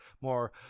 more